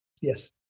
yes